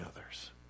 others